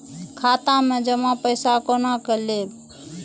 खाता मैं जमा पैसा कोना कल